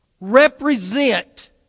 represent